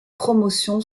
promotion